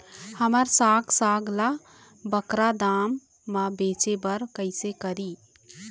हमर साग साग ला बगरा दाम मा बेचे बर कइसे करी?